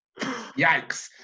Yikes